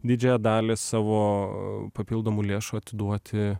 didžiąją dalį savo papildomų lėšų atiduoti